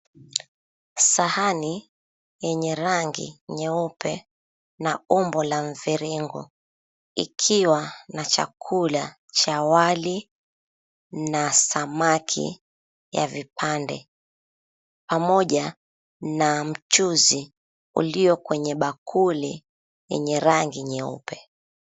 Sahani, yenye rangi nyeupe na umbo la mviringo, ikiwa na chakula cha wali na samaki ya vipande, pamoja na mchuzi ulio kwenye bakuli yenye rangi nyeupe.